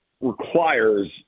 requires